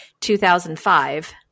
2005